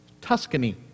Tuscany